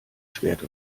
schwert